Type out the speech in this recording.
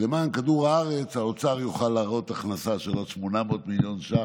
ולמען כדור הארץ האוצר יוכל להראות הכנסה של עוד 800 מיליון ש"ח.